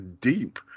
deep